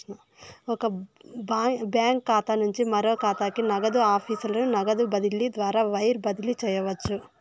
ఒక బాంకీ ఖాతా నుంచి మరో కాతాకి, నగదు ఆఫీసుల నగదు బదిలీ ద్వారా వైర్ బదిలీ చేయవచ్చు